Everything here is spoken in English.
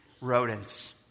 rodents